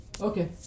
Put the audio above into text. Okay